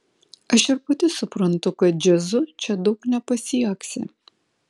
aš ir pati suprantu kad džiazu čia daug nepasieksi